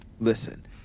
listen